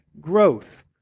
growth